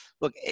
look